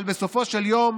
אבל בסופו של יום